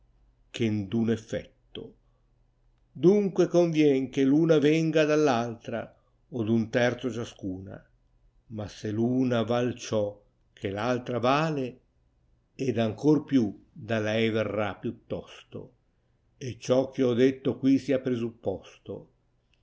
en d uno effetto dunque convien die tuna venga dall altra o d un terzo ciascuna ma se v una vai ciò che v altra vale ed ancor pia da lei verrà piuttosto ciò ch io ho detto qaf sia presupposto